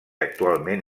actualment